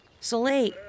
Soleil